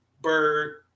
Bird